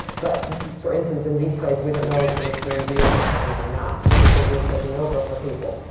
but for instance, in these plays, we don't know if the reviewers are coming or not, because we're taking over for people.